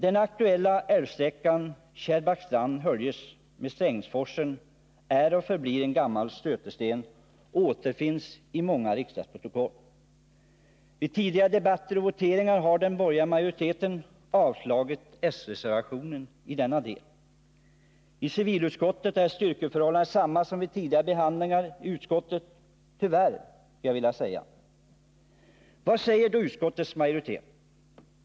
Den aktuella älvsträckan Kärrbäckstrand-Höljes med Strängsforsen är en gammal stötesten, som återspeglats i många riksdagsprotokoll. Vid tidigare debatter och voteringar har den borgerliga majoriteten gått emot s-reservationerna i denna del. I civilutskottet är — tyvärr, skulle jag vilja säga — styrkeförhållandena desamma som vid tidigare behandlingar. Vad säger då utskottets majoritet?